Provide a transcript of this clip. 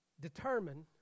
determine